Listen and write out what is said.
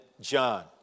John